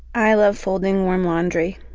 i love folding warm laundry.